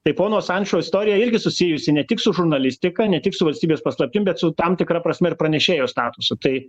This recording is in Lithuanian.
tai pono asandžo istorija irgi susijusi ne tik su žurnalistika ne tik su valstybės paslaptim bet su tam tikra prasme ir pranešėjo statusu tai